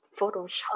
Photoshop